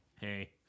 Hey